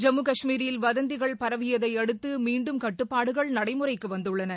ஜம்மு காஷ்மீரில் வதந்திகள் பரவியதையடுத்து மீண்டும் கட்டுப்பாடுகள் நடைமுறைக்கு வந்துள்ளன